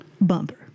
bumper